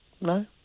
No